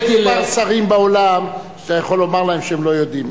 יש כמה שרים באולם שאתה יכול לומר להם שהם לא יודעים.